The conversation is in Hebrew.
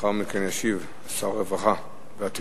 אחרי כן ישיב שר הרווחה והתקשורת.